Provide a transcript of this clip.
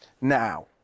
now